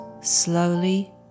slowly